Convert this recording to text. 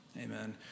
Amen